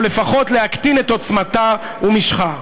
או לפחות להקטין את עוצמתה ומשכה".